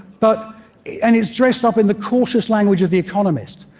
but and it's dressed up in the cautious language of the economist.